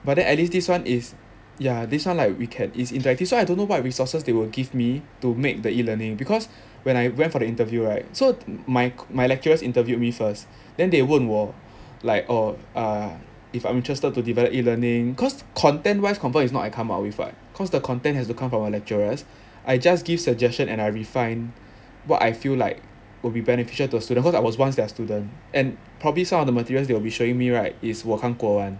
but then at least this one is ya this one like we can it's interactive so I don't know what resources they will give me to make the e-learning because when I went for the interview right so my my lecturers interviewed me first then they 问我 like oh err if I'm interested to develop e-learning cause content wise confirm is not I come up with [what] cause the content has to come from my lecturers I just give suggestion and I refined what I feel like will be beneficial to student cause I was once their student and probably some of the materials they will be showing me right is 我看过 [one]